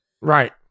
Right